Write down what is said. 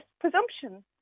presumption